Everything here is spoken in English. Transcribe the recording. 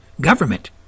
government